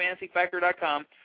fantasyfactor.com